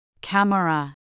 Camera